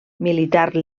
militar